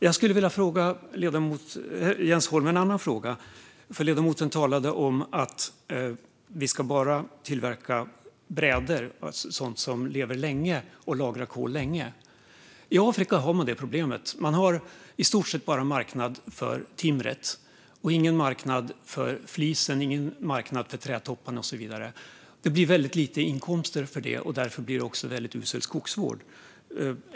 Jag skulle vilja ställa en annan fråga till Jens Holm. Ledamoten talade om att vi bara ska tillverka brädor, sådant som lever länge och lagrar kol länge. I Afrika finns problemet att där finns en marknad för i stort sett bara timmer, och det finns ingen marknad för flis eller trädtoppar. Det blir lite inkomster från detta, och därför blir det usel skogsvård.